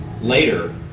later